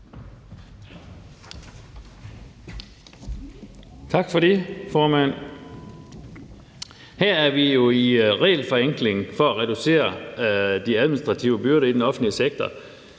Tak for det, formand. Her handler det jo om regelforenkling for at reducere de administrative byrder i den offentlige sektor,